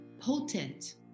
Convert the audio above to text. Potent